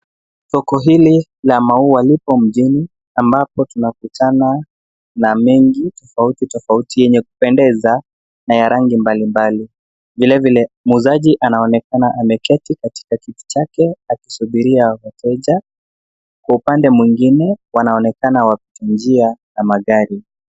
Soko hili la maua lipo mjini ambapo tunakutana na mengi tofauti tofauti yenye kupendeza na ya rangi mbalimbali. Vilevile muuzaji anaonekana ameketi katika kiti chake akisubiria wateja. Kwa upande mwingine, wanaonekana wapita njia na magari.